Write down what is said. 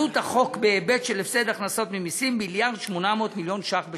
עלות החוק בהיבט של הפסד הכנסות ממסים: מיליארד ו-800 מיליון ש"ח בשנה.